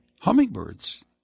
hummingbirds